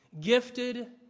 gifted